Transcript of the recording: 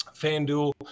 FanDuel